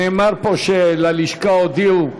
נאמר פה שללשכה הודיעו.